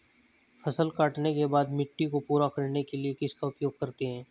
फसल काटने के बाद मिट्टी को पूरा करने के लिए किसका उपयोग करते हैं?